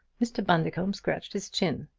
mr. bundercombe scratched his chin.